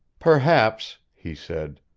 perhaps, he said.